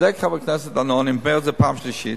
צודק חבר הכנסת דנון אני אומר את זה בפעם השלישית,